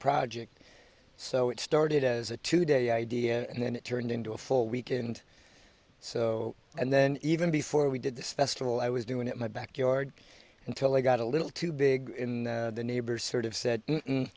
project so it started as a two day idea and then it turned into a full week and so and then even before we did this festival i was doing it my backyard until i got a little too big in the neighbors sort of said